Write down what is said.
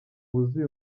wuzuye